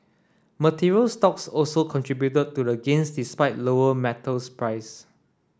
materials stocks also contributed to the gains despite lower metals price